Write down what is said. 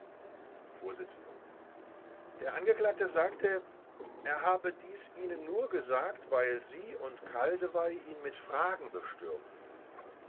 vors der angeklagte sagte er habe dies ihnen nur gesagt weil sie und kaldewey ihn mit fragen bestürmten